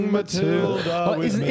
Matilda